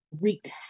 wreaked